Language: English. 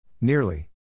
Nearly